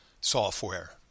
software